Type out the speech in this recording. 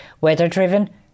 weather-driven